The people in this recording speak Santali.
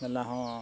ᱢᱮᱞᱟ ᱦᱚᱸ